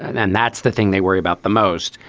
and that's the thing they worry about the most.